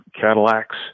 Cadillacs